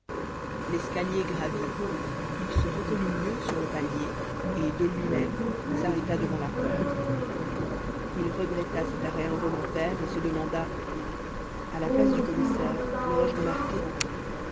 l'escalier gravi il se reconnut mieux sur le palier et de luimême s'arrêta devant la porte il regretta cet arrêt involontaire et se demanda à la place du commissaire l'aurais-je remarqué